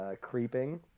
creeping